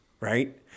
right